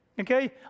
Okay